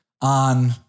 on